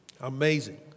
Amazing